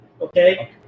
Okay